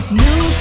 new